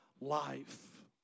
life